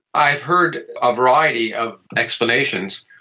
i have heard a variety of explanations,